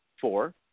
four